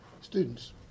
Students